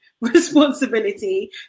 responsibility